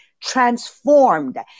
transformed